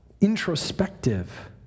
introspective